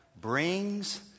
Brings